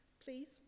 Please